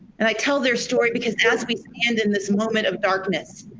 and i tell their story because as we and in this moment of darkness,